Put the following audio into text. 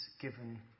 given